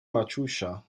maciusia